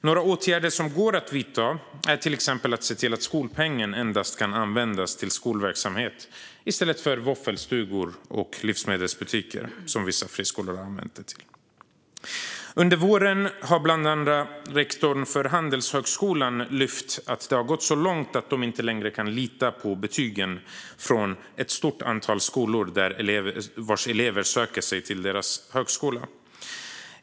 En åtgärd som går att vidta är till exempel att se till att skolpengen endast kan användas till skolverksamhet och inte till våffelstugor och livsmedelsbutiker, som vissa friskolor har använt den till. Under våren har bland andra rektorn för Handelshögskolan lyft upp att det har gått så långt att de inte längre kan lita på betygen från ett stort antal skolor vars elever söker sig till denna högskola.